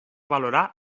valorar